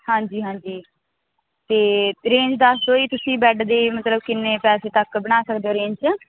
ਹਾਂਜੀ ਹਾਂਜੀ ਤੇ ਰੇਂਜ ਦੱਸ ਦੋ ਜੀ ਤੁਸੀਂ ਬੈੱਡ ਦੀ ਮਤਲਬ ਕਿੰਨੇ ਪੈਸੇ ਤੱਕ ਬਣਾ ਸਕਦੇ ਓ ਰੇਂਜ 'ਚ